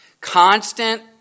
constant